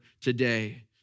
today